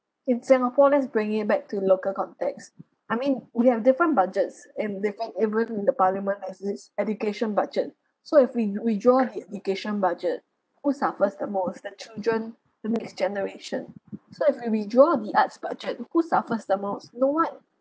in singapore let's bring it back to local context I mean we have different budgets in different even in the parliament has this education budget so if we withdraw in this education budget who suffers the most the children our next generation so if we withdraw the arts budget who suffers the most no one